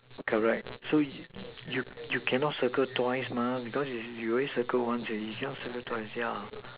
correct so you you cannot circle twice because you you already circled once already cannot circle twice yeah